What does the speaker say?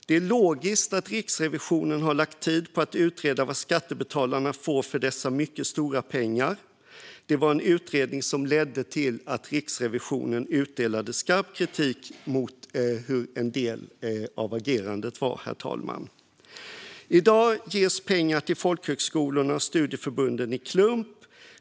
Det är logiskt att Riksrevisionen har lagt tid på att utreda vad skattebetalarna får för dessa mycket stora pengar, en utredning som ledde till att Riksrevisionen utdelade skarp kritik mot en del av agerandet. I dag ges pengar till folkhögskolorna och studieförbunden i klump.